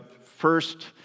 first